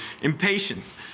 impatience